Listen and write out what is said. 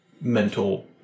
mental